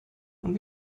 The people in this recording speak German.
und